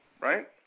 right